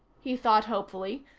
he thought hopefully,